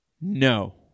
No